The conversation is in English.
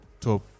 top